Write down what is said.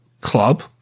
Club